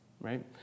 right